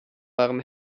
waren